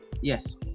Yes